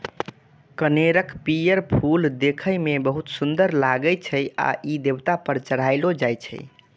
कनेरक पीयर फूल देखै मे बहुत सुंदर लागै छै आ ई देवता पर चढ़ायलो जाइ छै